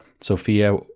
Sophia